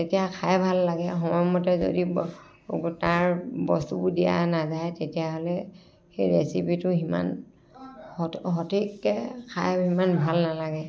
তেতিয়া খাই ভাল লাগে সময়মতে যদি তাৰ বস্তুবোৰ দিয়া নাযায় তেতিয়াহ'লে সেই ৰেচিপিটো সিমান সঠিক সঠিককৈ খাই সিমান ভাল নালাগে